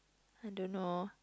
I don't know